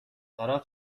طرف